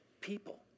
people